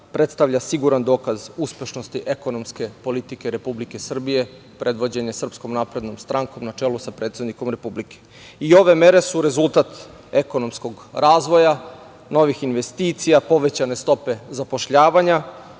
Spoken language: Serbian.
predstavlja siguran dokaz uspešnosti ekonomske politike Republike Srbije predvođene SNS na čelu sa predsednikom Republike. Ove mere su rezultat ekonomskog razvoja, novih investicija, povećane stope zapošljavanja,